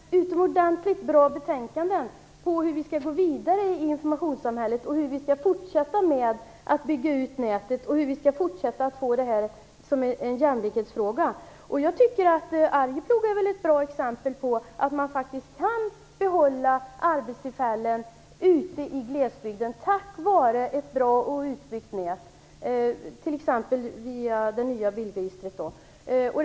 Fru talman! Vi skriver bl.a. sådana här utomordentligt bra betänkanden om hur vi skall gå vidare i informationssamhället, hur vi skall fortsätta att bygga ut nätet och hur vi skall fortsätta hanteringen av denna jämlikhetsfråga. Jag tycker att Arjeplog är ett bra exempel på att man faktiskt kan behålla arbetstillfällen ute i glesbygden tack vare ett bra och utbyggt nät, t.ex. det nya bilregistret.